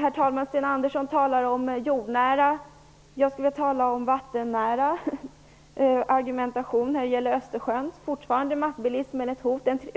Herr talman! Sten Andersson talar om jordnära saker. Jag skulle vilja redovisa en "vattennära" argumentation när det gäller Östersjön. Massbilismen är fortfarande ett hot.